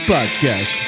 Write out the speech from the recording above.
Podcast